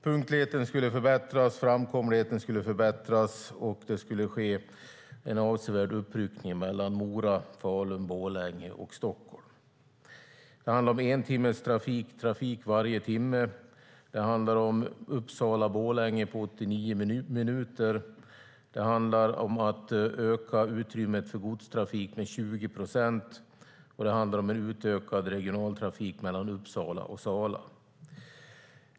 Punktligheten skulle förbättras, framkomligheten skulle förbättras, och det skulle ske en avsevärd uppryckning mellan Mora, Falun, Borlänge och Stockholm. Det handlade om trafik varje timme, Uppsala-Borlänge på 89 minuter, ökat utrymmet för godstrafik med 20 procent och utökad regionaltrafik mellan Uppsala och Sala.